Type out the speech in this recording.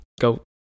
go